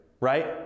right